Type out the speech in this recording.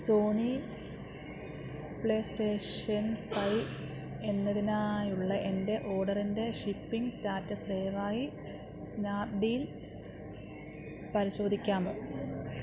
Sony PlayStation five എന്നതിനായുള്ള എൻ്റെ ഓഡറിൻ്റെ ഷിപ്പിംഗ് സ്റ്റാറ്റസ് ദയവായി സ്നാപ്ഡീൽ പരിശോധിക്കാമോ